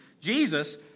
Jesus